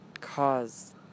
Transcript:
cause